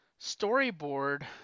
storyboard